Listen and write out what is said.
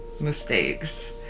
mistakes